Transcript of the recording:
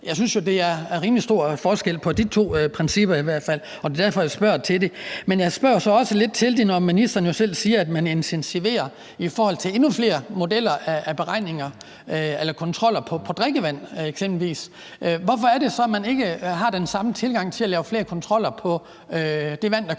hvert fald, der er rimelig stor forskel på de to principper, og det er derfor, jeg spørger til det. Men jeg spørger jo så også lidt til det, når ministeren selv siger, at man intensiverer det i forhold til endnu flere modeller af beregninger eller kontroller af eksempelvis drikkevand. Hvorfor er det så, man ikke har den samme tilgang til at lave flere kontroller af det vand, der kommer